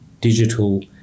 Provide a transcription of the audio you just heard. digital